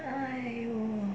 !aiyo!